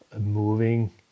moving